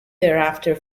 thereafter